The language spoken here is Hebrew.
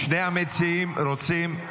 שני המציעים רוצים?